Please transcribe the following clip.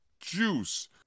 Juice